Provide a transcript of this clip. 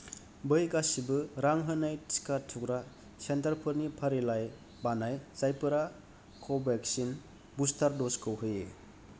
बै गासैबो रां होनाय टिका थुग्रा सेन्टारफोरनि फारिलाइ बानाय जायफोरा कभेक्सिन बुस्टार दजखौ होयो